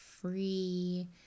free